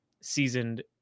seasoned